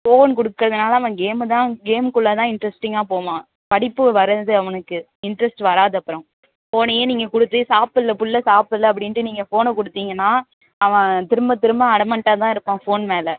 phone கொடுக்கறதுனால அவன் கேமைதான் கேமுகுள்ளேதான் இன்ட்ரெஸ்டிங்காக போவான் படிப்பு வராது அவனுக்கு இன்ட்ரெஸ்ட் வராது அப்புறம் ஃபோனையே நீங்கள் கொடுத்து சாப்பில்ல பிள்ள சாப்பில்ல அப்படின்ட்டு நீங்கள் ஃபோனன கொடுத்தீங்கனா அவன் திரும்ப திரும்ப அடமண்ட்டாகதான் இருக்கான் ஃபோன் மேலே